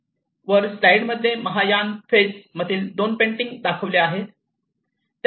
वर स्लाईड मध्ये महायान फेज मधील दोन पेंटिंग दाखविल्या आहेत